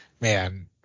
man